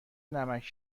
نمکـ